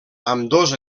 ambdós